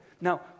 Now